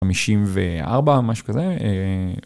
54 משהו כזה.